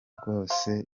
rwose